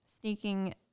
Sneaking